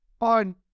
on